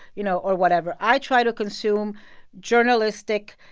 you know, or whatever. i try to consume journalistic,